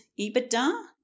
EBITDA